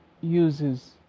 uses